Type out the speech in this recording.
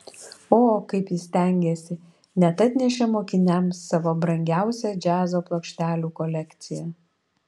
o kaip jis stengėsi net atnešė mokiniams savo brangiausią džiazo plokštelių kolekciją